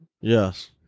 Yes